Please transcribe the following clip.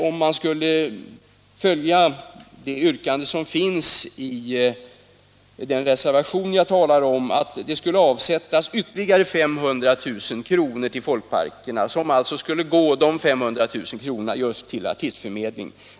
Om man följer yrkandet i den reservation som jag här talar om, så innebär det att det avsätts ytterligare 500 000 kr. till folkparkerna. De pengarna skulle då gå just till artistförmedlingen.